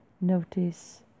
notice